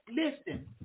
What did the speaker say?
Listen